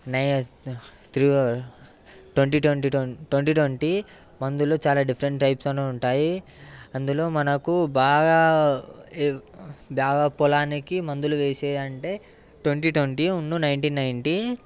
nice twenty twenty twenty twenty మందులు చాలా different types అని ఉంటాయి అందులో మనకు బాగా బాగా పొలానికి మందులు వేసేవి అంటే ట్వంటీ ట్వంటీ నైంటీన్